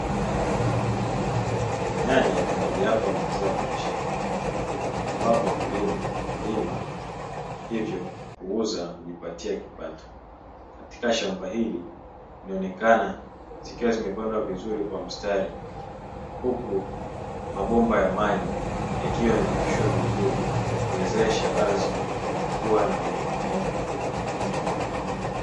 Nyanya ni mojawapo ya mazao ya biashara ambapo wakulima hulima hivyo huuza na kujipatia kipato. Katika shamba hili inaonekana zikiwa zimepandwa vizuri kwa mstari, huku mabomba ya maji yakiwa yamepitishwa vizuri kuwezesha ardhi kuwa na unyevunyevu.